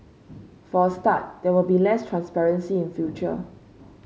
for a start there will be less transparency in future